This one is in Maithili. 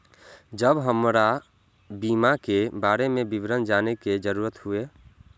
जब हमरा बीमा के बारे में विवरण जाने के जरूरत हुए?